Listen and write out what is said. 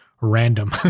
random